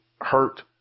hurt